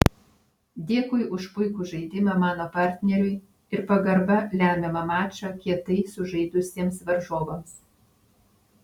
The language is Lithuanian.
dėkui už puikų žaidimą mano partneriui ir pagarba lemiamą mačą kietai sužaidusiems varžovams